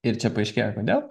ir čia paaiškėjo kodėl